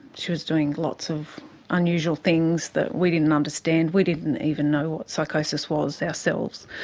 she was doing lots of unusual things that we didn't understand. we didn't even know what psychosis was ourselves.